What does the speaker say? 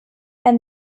and